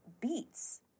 beets